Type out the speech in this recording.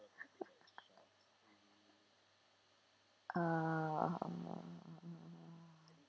uh uh